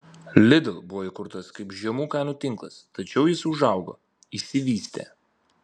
lidl buvo įkurtas kaip žemų kainų tinklas tačiau jis užaugo išsivystė